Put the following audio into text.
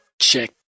check